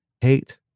hate